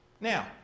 Now